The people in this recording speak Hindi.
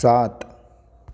सात